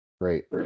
Great